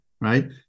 right